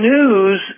News